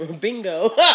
Bingo